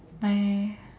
my